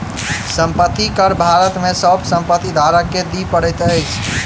संपत्ति कर भारत में सभ संपत्ति धारक के दिअ पड़ैत अछि